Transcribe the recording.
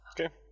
Okay